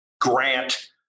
grant